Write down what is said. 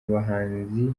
abahanzi